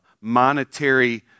monetary